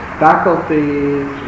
faculties